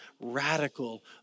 radical